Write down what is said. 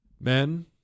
men